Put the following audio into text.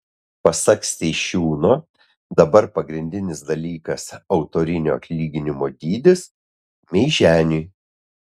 pasak steišiūno dabar pagrindinis dalykas autorinio atlyginimo dydis meiženiui